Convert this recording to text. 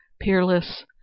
peerless